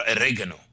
oregano